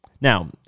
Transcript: Now